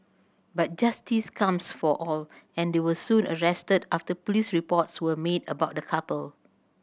but justice comes for all and they were soon arrested after police reports were made about the couple